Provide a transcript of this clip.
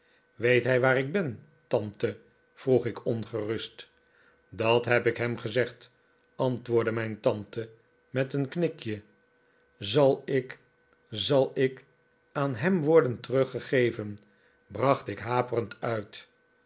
weet hij waar ik ben tante vroeg ik ongerust dat heb ik hem gezegd antwoordde mijn tante met een knikje zal ik zal ik aan hem worden teruggegeven bracht ik haperend uit